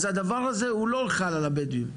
אז הדבר הזה לא חל על הבדואים,